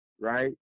right